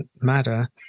matter